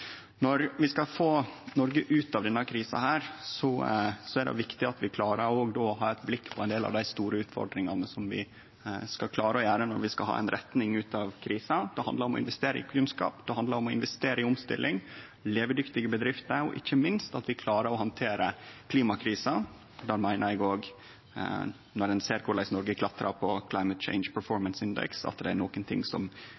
Når vi skal få Noreg ut av denne krisa, er det viktig at vi òg har eit blikk på ein del av dei store utfordringane som vi skal klare å handtere når vi skal ha ei retning ut av krisa. Det handlar om å investere i kunnskap, og det handlar om å investere i omstilling, i levedyktige bedrifter, og ikkje minst at vi klarar å handtere klimakrisa. Der meiner eg òg, når ein ser korleis Noreg klatrar på Climate Change Performance Index, at det er nokre ting som